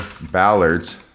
Ballard's